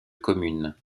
commune